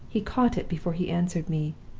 he caught it before he answered me,